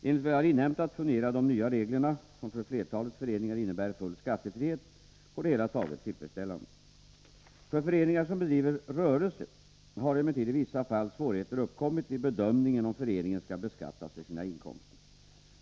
Enligt vad jag har inhämtat fungerar de nya reglerna — som för flertalet föreningar innebär full skattefrihet — på det hela taget tillfredsställande. För föreningar som driver rörelse har emellertid i vissa fall svårigheter uppkommit vid bedömningen om föreningen skall beskattas för sina inkomster.